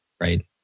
Right